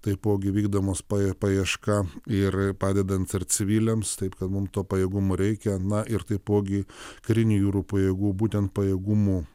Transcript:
taipogi vykdomos paieška ir padedant ar civiliams taip kad mum to pajėgumo reikia na ir taipogi karinių jūrų pajėgų būtent pajėgumų